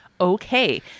Okay